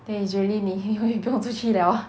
then is really 每天可以不用出去了 lah